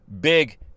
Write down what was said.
big